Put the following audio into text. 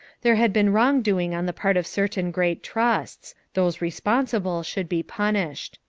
there had been wrong-doing on the part of certain great trusts those responsible should be punished.